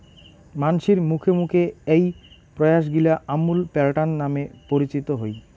মানসির মুখে মুখে এ্যাই প্রয়াসগিলা আমুল প্যাটার্ন নামে পরিচিত হই